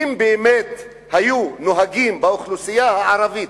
אם באמת היו נוהגים באוכלוסייה הערבית,